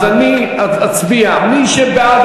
אז אני אצביע: מי שבעד,